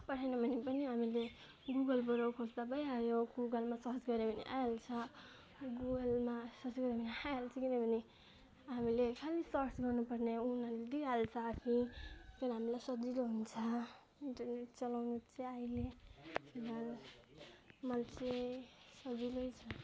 पठाएन भने पनि हामीले गुगलबाट खोज्दा भइहाल्यो गुगलमा सर्च गर्यो भने आइहाल्छ गुगलमा सर्च गर्यो भने आइहाल्छ किनभने हामीले खालि सर्च गर्नु पर्ने उनीहरूले दिइहाल्छ आफै झन् हामीलाई सजिलो हुन्छ इन्टरनेट चलाउन चाहिँ आहिले मलाई चाहिँ सजिलै छ